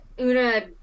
Una